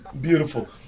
Beautiful